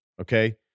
Okay